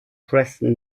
preston